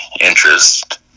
interest